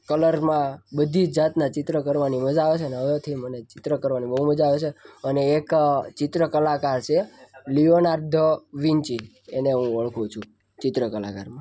કલરમાં બધી જાતના ચિત્ર કરવાની મજા આવે છે અને હવેથી મને ચિત્ર કરવાની બહું મજા આવે છે અને એક ચિત્ર કલાકાર છે લીયોનાર્ડ ધ વીંચિ એને હું ઓળખું છું ચિત્ર કલાકારને